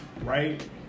right